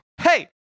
Hey